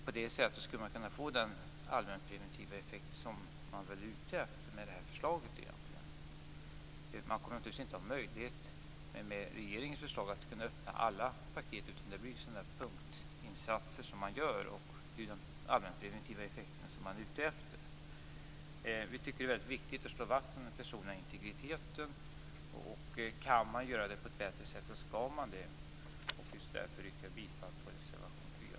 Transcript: På det sättet skulle man kunna få den allmänpreventiva effekt som man är ute efter med det här förslaget. Man kommer naturligtvis inte med regeringens förslag att ha möjlighet att öppna alla paket. Det blir punktinsatser man gör, och det är ju den allmänpreventiva effekten man är ute efter. Vi tycker att det är väldigt viktigt att slå vakt om den personliga integriteten, och kan man göra det på ett bättre sätt skall man det. Därför yrkar jag bifall till reservation 4.